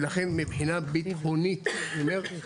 ולכן מבחינה ביטחונית, בסדר?